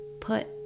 put